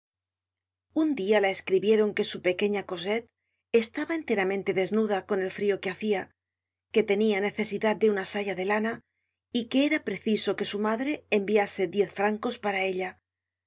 un dia la escribieron que su pequeña cosette estaba enteramente desnuda con el frio que hacia que tenia necesidad de una saya de lana y que era preciso que su madre enviase diez francos para ella